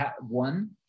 one